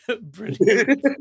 brilliant